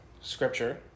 scripture